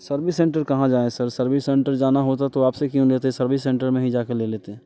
service centre कहाँ जाएं sir service centre जाना होता तो आपसे क्यों लेते सर्विस सेंटर में ही जा के ले लेते